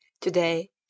today